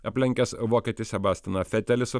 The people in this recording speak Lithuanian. aplenkęs vokietį sebastianą fetelį su